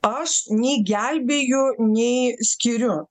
aš nei gelbėju nei skiriu